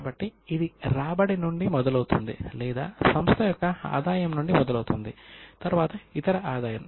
కాబట్టి ఇది రాబడి నుండి మొదలవుతుంది లేదా సంస్థ యొక్క ఆదాయం నుండి మొదలవుతుంది తరువాత ఇతర ఆదాయం